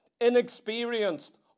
inexperienced